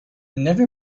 never